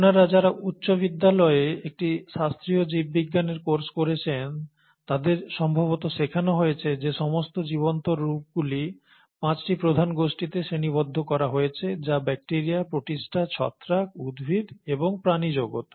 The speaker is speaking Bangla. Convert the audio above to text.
আপনারা যারা উচ্চ বিদ্যালয়ে একটি শাস্ত্রীয় জীববিজ্ঞানের কোর্স করেছেন তাদের সম্ভবত শেখানো হয়েছে যে সমস্ত জীবন্ত রূপগুলি পাঁচটি প্রধান গোষ্ঠীতে শ্রেণিবদ্ধ করা হয়েছে যা ব্যাকটিরিয়া প্রোটিস্টা ছত্রাক উদ্ভিদ এবং প্রাণী জগত